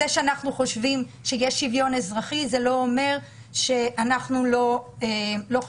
זה שאנחנו חושבים שיש שוויון אזרחי זה לא אומר שאנחנו לא חושבים